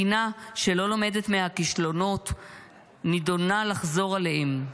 מדינה שלא לומדת מהכישלונות נידונה לחזור עליהם,